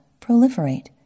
proliferate